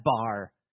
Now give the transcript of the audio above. bar